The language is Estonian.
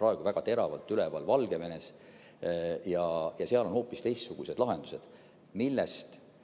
praegu väga teravalt üleval Valgevenes ja seal on hoopis teistsugused lahendused. Millest